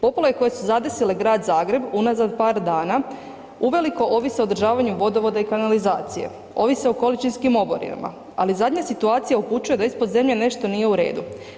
Poplave koje su zadesile Grad Zagreb unazad par dana uveliko ovise o održavanju vodovoda i kanalizacije, ovise o količinskim oborinama, ali zadnja situacija upućuje da ispod zemlje nešto nije u redu.